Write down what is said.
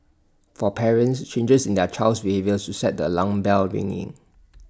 for parents changes in their child's behaviour should set the alarm bells ringing